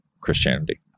christianity